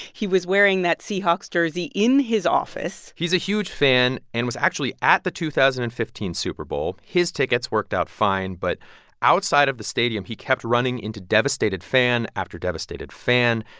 he was wearing that seahawks jersey in his office he's a huge fan and was actually at the two thousand and fifteen super bowl. his tickets worked out fine. but outside of the stadium, he kept running into devastated fan after devastated fan.